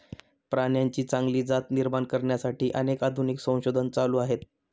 प्राण्यांची चांगली जात निर्माण करण्यासाठी अनेक आधुनिक संशोधन चालू आहे